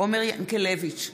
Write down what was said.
עומר ינקלביץ'